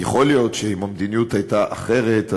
יכול להיות שאם המדיניות הייתה אחרת,